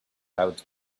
out